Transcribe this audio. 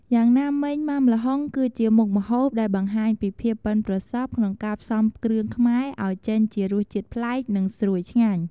យ៉ាងណាមិញម៉ាំល្ហុងគឺជាមុខម្ហូបដែលបង្ហាញពីភាពប៉ិនប្រសប់ក្នុងការផ្សំគ្រឿងខ្មែរឲ្យចេញជារសជាតិប្លែក និងស្រួយឆ្ងាញ់។